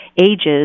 ages